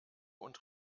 und